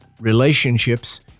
relationships